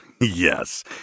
Yes